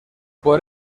por